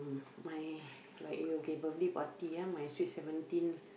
my like you okay birthday party ah my sweet seventeen